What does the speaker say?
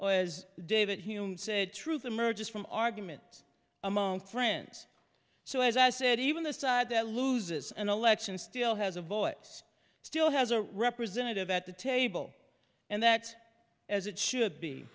was david hume said truth emerges from arguments among friends so as i said even the side that loses an election still has a voice still has a representative at the table and that as it should be